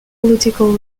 political